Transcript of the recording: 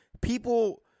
people